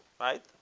right